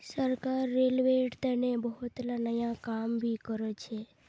सरकार रेलवेर तने बहुतला नया काम भी करछ